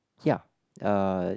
ya uh